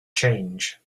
change